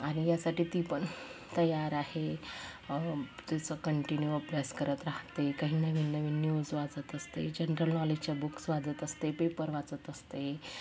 आणि यासाठी ती पण तयार आहे ती कंटिन्यू अभ्यास करत राहते काही नवीन नवीन न्यूज वाचत असते जनरल नॉलेजच्या बुक्स वाचत असते पेपर वाचत असते